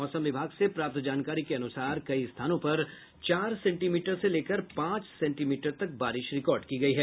मौसम विभाग से प्राप्त जानकारी के अनुसार कई स्थानों पर चार सेंटीमीटर से लेकर पांच सेंटीमीटर तक बारिश रिकार्ड की गयी है